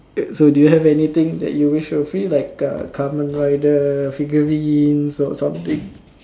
so do you have anything that you wish were free like uh Kamen-Rider figurines or something